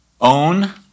Own